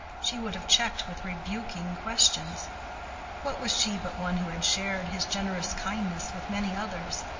she would have checked with rebuking questions what was she but one who had shared his generous kindness with many others?